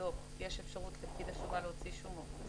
הדוח יש אפשרות לפקיד השומה להוציא שומות.